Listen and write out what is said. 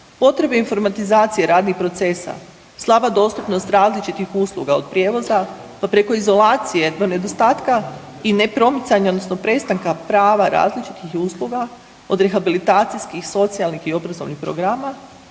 potrebne informatizacije radnih procesa, slaba dostupnost različitih usluga, od prijevoza pa preko izolacije do nedostatka i nepromicanja, odnosno prestanka prava različitih usluga, od rehabilitacijskih, socijalnih i obrazovnih programa,